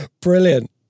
brilliant